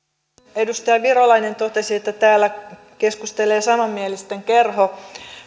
edustaja virolainen totesi että täällä keskustelee samanmielisten kerho